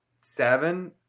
seven